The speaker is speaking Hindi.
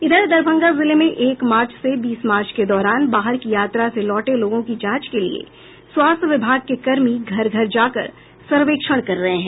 इधर दरभंगा जिले में एक मार्च से बीस मार्च के दौरान बाहर की यात्रा से लौटे लोगों की जांच के लिए स्वास्थ्य विभाग के कर्मी घर घर जाकर सर्वेक्षण कर रहे हैं